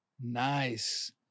Nice